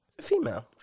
female